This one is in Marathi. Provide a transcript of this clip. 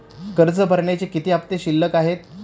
कर्ज भरण्याचे किती हफ्ते शिल्लक आहेत?